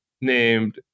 named